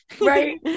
Right